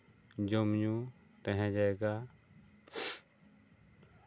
ᱡᱚᱢ ᱧᱩ ᱛᱟᱦᱮᱸ ᱡᱟᱭᱜᱟ